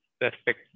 respect